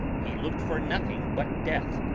he looked for nothing but death,